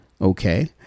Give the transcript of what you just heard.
okay